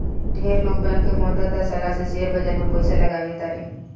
ढेर लोग बैंक के मदद आ सलाह से शेयर बाजार में पइसा लगावे तारे